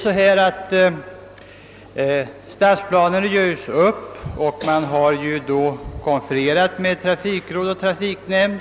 Innan en stadsplan görs upp förs diskussioner med trafikråd och trafiknämnd.